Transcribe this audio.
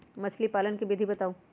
मछली पालन के विधि बताऊँ?